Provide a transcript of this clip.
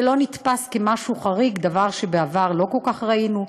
זה לא נתפס כמשהו חריג, דבר שבעבר לא כל כך ראינו.